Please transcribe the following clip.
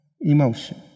Emotion